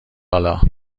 حالا